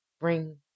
bring